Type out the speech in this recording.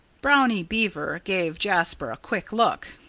brownie beaver gave jasper a quick look.